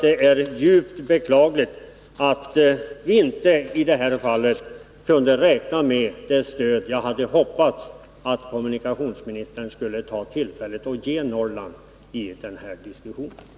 Det är djupt beklagligt att vi inte kan räkna med det stöd från kommunikationsministern som jag hade hoppats på.